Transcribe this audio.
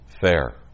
Fair